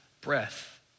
breath